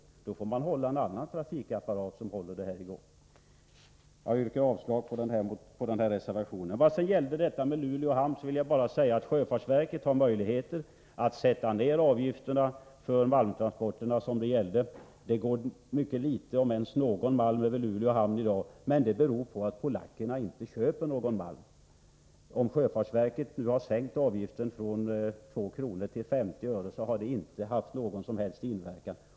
Under den tiden skulle en annan trafikapparat behövas för att hålla verksamheten i gång. Jag yrkar avslag på reservationen i detta avseende. I vad gäller Luleå hamn vill jag framhålla att sjöfartsverket har möjligheter att sänka avgifterna för malmtransporterna. Mycket litet malm, om ens någon, tranporteras över Luleå hamn i dag. Det beror på att polackerna inte köper någon malm. En sänkning av avgifterna från 2 kr. till 50 öre har naturligtvis inte någon som helst inverkan.